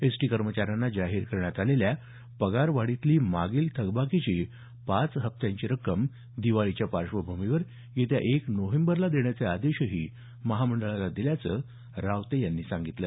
ST कर्मचाऱ्यांना जाहीर करण्यात आलेल्या पगारवाढीतली मागील थकबाकीची पाच हप्त्यांची रक्कम दिवाळीच्या पार्श्वभूमीवर येत्या एक नोव्हेंबर रोजी देण्याचे आदेशही महामंडळाला दिल्याचं रावते यांनी सांगितलं